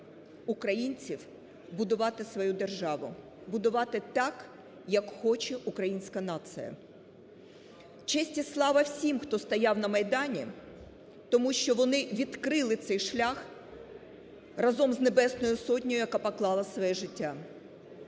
українців будувати свою державу, будувати так, як хоче українська нація. Честь і слава всім, хто стояв на Майдані, тому що вони відкрили цей шлях разом з Небесною Сотнею, яка поклала своє життя.